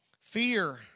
fear